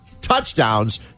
touchdowns